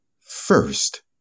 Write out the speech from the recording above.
First